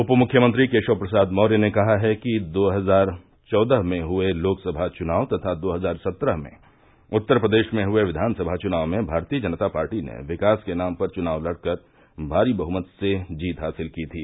उप मुख्यमंत्री केशव प्रसाद मौर्य ने कहा है कि दो हजार चौदह में हुए लोकसभा चुनाव तथा दो हजार सत्रह में उत्तर प्रदेश में हए विधानसभा चुनाव में भारतीय जनता पार्टी ने विकास के नाम पर चुनाव लड़कर भारी बहमत से जीत हासिल की थी